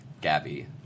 Gabby